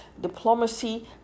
Diplomacy